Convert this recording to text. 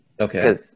Okay